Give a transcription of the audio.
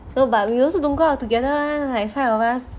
no but we also don't go out together one like five of us